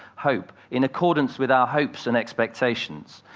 hope in accordance with our hopes and expectations.